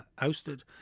ousted